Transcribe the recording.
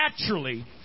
naturally